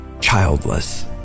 childless